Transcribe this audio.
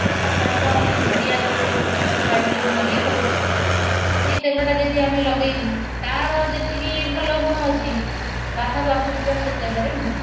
ଆଉ ସାଧାରଣତଃ ଆମେ ନଡ଼ିଆ ଯେଉଁ ଆମର ବାଡ଼ିରେ ଯେଉଁ ନଡ଼ିଆ ହେଉଛି ସିଏ ତେଲଟା ଯଦି ଆମେ ଲଗାଇବୁ ତାର ଯେତିକି ଭଲ ଗୁଣ ଅଛି ବାହାରୁ ଆସୁଥିବା ସେ ତେଲରେ ନାହିଁ